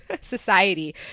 society